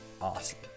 awesome